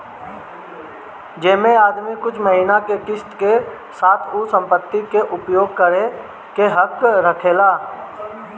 जेमे आदमी कुछ महिना के किस्त के साथ उ संपत्ति के उपयोग करे के हक रखेला